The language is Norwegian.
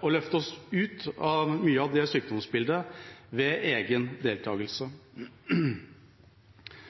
å løfte oss ut av mye av det sykdomsbildet, ved egen deltakelse.